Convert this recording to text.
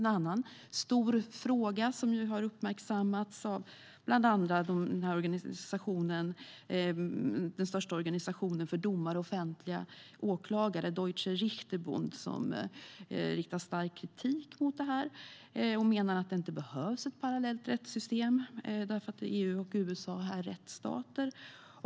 En annan stor fråga har uppmärksammats av bland andra den största organisationen för domare och offentliga åklagare, Deutscher Richterbund, som riktar stark kritik mot mekanismen och menar att det inte behövs ett parallellt rättssystem eftersom EU och USA består av rättsstater.